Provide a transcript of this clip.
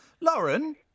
Lauren